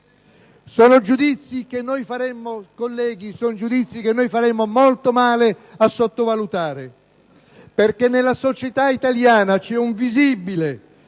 Sono giudizi che faremmo molto male a sottovalutare, perché nella società italiana c'è un visibile,